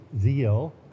zeal